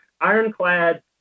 ironclad